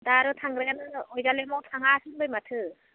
दा आरो थांग्रायानो अकजिलियामाव थाङासो होन्दों माथो